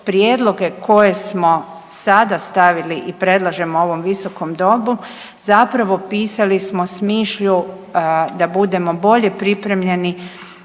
prijedloge koje smo sada stavili i predlažemo ovom Visokom domu, zapravo pisali smo s mišlju da budemo bolje pripremljeni